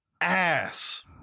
ass